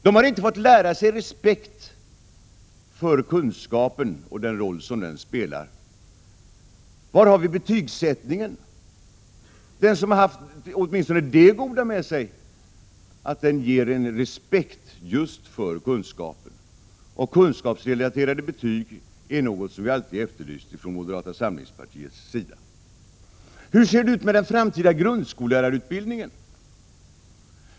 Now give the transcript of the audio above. De har inte fått lära sig respekt för kunskapen och för den roll den spelar. Var har vi betygsättningen? Den har haft åtminstone det goda med sig att den ger respekt just för kunskapen. Kunskapsrelaterade betyg är något som vi moderater alltid har efterlyst. Hur ser det ut med den framtida grundskollärarutbildningen?